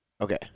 Okay